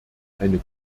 eine